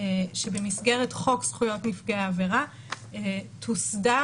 שבמסגרת חוק זכויות נפגעי העבירה תוסדר